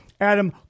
adam